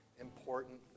important